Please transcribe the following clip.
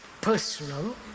personal